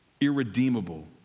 irredeemable